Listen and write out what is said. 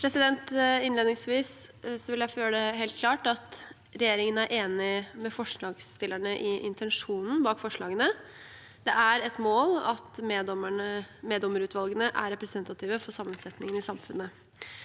Innledningsvis vil jeg gjøre det helt klart at regjeringen er enig med forslagstillerne i intensjonen bak forslagene. Det er et mål at meddommerutvalgene er representative for sammensetningen i samfunnet.